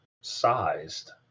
sized